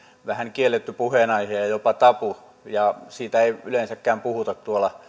vähän kielletty puheenaihe ja ja jopa tabu ja siitä ei yleensäkään puhuta